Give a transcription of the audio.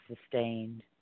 sustained